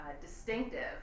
distinctive